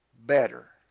better